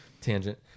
Tangent